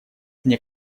мне